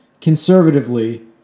conservatively